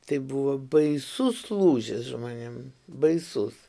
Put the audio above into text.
tai buvo baisus lūžis žmonėm baisus